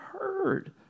heard